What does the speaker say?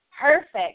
Perfect